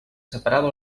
separava